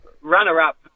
runner-up